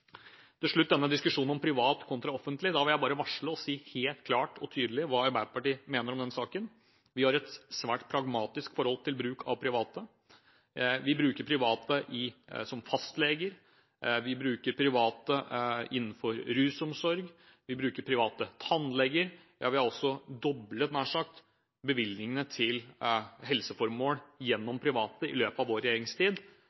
Til slutt denne diskusjonen om privat kontra offentlig. Da vil jeg bare varsle og si helt klart og tydelig fra om hva Arbeiderpartiet mener om den saken. Vi har et svært pragmatisk forhold til bruk av private. Vi bruker private som fastleger, vi bruker private innenfor rusomsorg, vi bruker private tannleger, ja, vi har også nær sagt doblet bevilgningene til helseformål